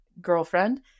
girlfriend